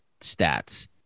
stats